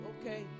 okay